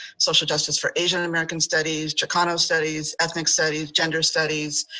social justice for asian american studies, chicano studies, ethnic studies, gender studies.